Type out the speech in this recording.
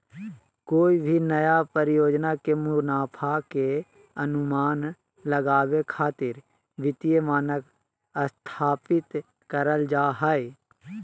कोय भी नया परियोजना के मुनाफा के अनुमान लगावे खातिर वित्तीय मानक स्थापित करल जा हय